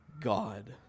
God